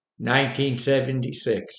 1976